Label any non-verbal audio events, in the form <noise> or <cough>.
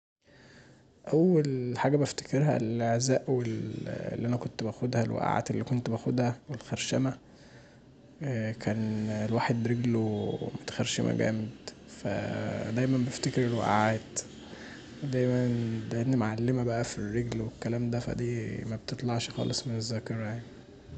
أول حاجه بفتكرها الإعزاء اللي كنت باخدها والخرشمه، كان الواحد رجله متخرشمه <noise> جامد، فدايما بفتكر الوقعات، لان دايما معلمه في الرجل فمبتطلعش خالص من الذاكره يعني.